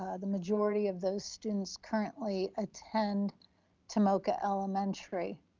ah the majority of those students currently attend tomoka elementary.